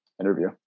interview